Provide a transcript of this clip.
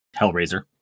Hellraiser